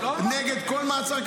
אבל לא אמרת.